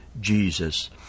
Jesus